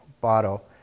bottle